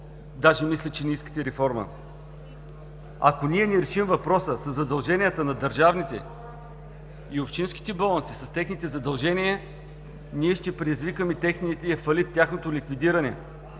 даже мисля, че не искате реформа. Ако не решим въпроса със задълженията на държавните и общинските болници, ние ще предизвикаме техния фалит, тяхното ликвидиране.